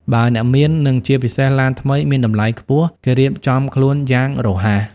បើអ្នកមាននិងជាពិសេសឡានថ្មី មានតម្លៃខ្ពស់ គេរៀបចំខ្លួនយ៉ាងរហ័ស ។